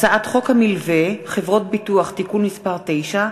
הצעת חוק המלווה (חברות ביטוח) (תיקון מס' 9),